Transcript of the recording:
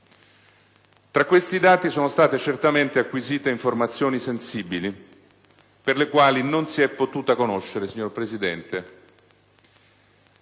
Tra questi dati, sono state certamente acquisite informazioni sensibili, per le quali non si è potuta conoscere, signor Presidente,